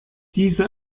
diese